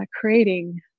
creating